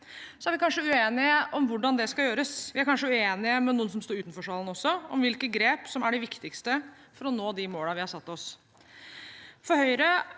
Vi er kanskje uenige om hvordan det skal gjøres. Vi er kanskje uenig med noen som står utenfor salen også, om hvilke grep som er de viktigste for å nå de målene vi har satt oss.